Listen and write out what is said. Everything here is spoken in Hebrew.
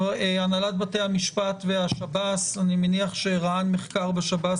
הנהלת בתי המשפט והשב"ס אני מניח שרע"ן מחקר בשב"ס,